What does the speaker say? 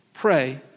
Pray